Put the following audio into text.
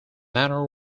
manor